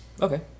okay